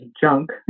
junk